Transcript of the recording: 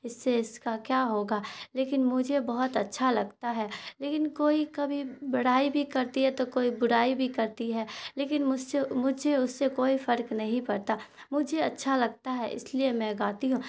اس سے اس کا کیا ہوگا لیکن مجھے بہت اچھا لگتا ہے لیکن کوئی کبھی بڑائی بھی کرتی ہے تو کوئی برائی بھی کرتی ہے لیکن مجھ سے مجھے اس سے کوئی فرق نہیں پڑتا مجھے اچھا لگتا ہے اس لیے میں گاتی ہوں